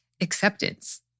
acceptance